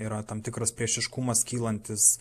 yra tam tikras priešiškumas kylantis